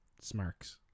smarks